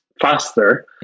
faster